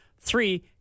Three